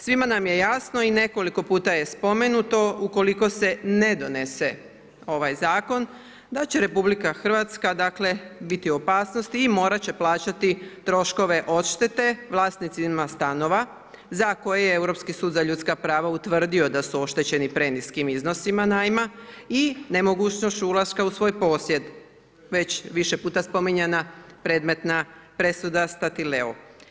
Svima nam je jasno i nekoliko puta je spomenuto ukoliko se ne donese ovaj zakon da će RH biti u opasnosti i mort će plaćati troškove odštete vlasnicima stanova za koje je Europski sud za ljudska prava utvrdio da su oštećeni preniskim iznosima najma i nemogućnošću ulaska u svoj posjed, već više puta spominjanja predmetna presuda STatileo.